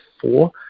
four